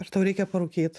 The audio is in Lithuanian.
ar tau reikia parūkyt